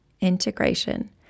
integration